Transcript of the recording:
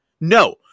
No